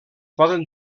poden